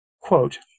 Quote